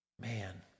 Man